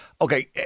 okay